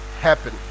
happen